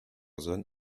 zone